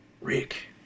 Rick